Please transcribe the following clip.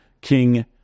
King